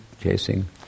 chasing